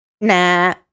Nah